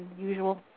usual